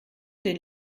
den